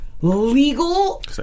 legal